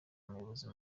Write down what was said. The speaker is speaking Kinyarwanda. umuyobozi